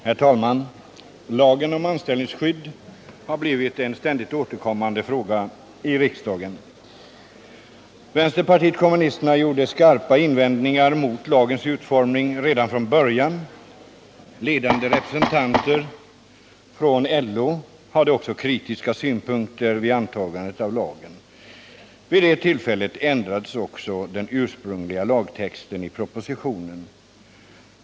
Herr talman! Lagen om anställningsskydd har blivit en ständigt återkommande fråga i riksdagen. Vänsterpartiet kommunisterna gjorde skarpa invändningar mot lagens utformning redan från början. Ledande representanter från LO hade kritiska synpunkter vid antagandet av lagen. Vid det tillfället ändrades också den ursprungliga lagtexten i propositionen.